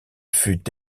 fut